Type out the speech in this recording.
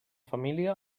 família